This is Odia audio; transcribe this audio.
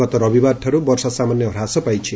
ଗତ ରବିବାରଠାରୁ ବର୍ଷା ସାମାନ୍ୟ ହ୍ରାସ ପାଇଛି